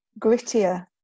grittier